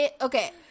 okay